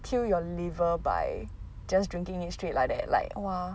kill your liver by just drinking it straight like that like !wah!